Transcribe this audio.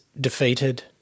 defeated